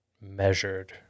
measured